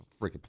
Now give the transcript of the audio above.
Freaking